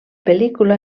pel·lícula